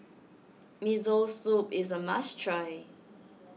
Miso Soup is a must try